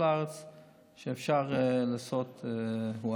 שאפשר לעשות בהם.